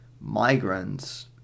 migrants